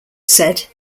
said